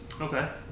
Okay